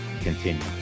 continue